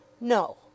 No